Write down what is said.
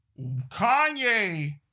Kanye